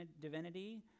divinity